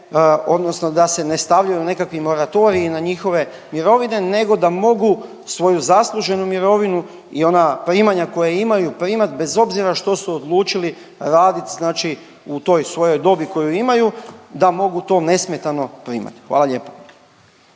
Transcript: odnosno da se ne stavljaju nekakvi moratoriji na njihove mirovine nego da mogu svoju zasluženu mirovinu i ona primanja koja imaju primat bez obzira što su odlučili radit znači u toj svojoj dobi koju imaju, da mogu to nesmetano primat, hvala lijepo.